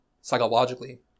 psychologically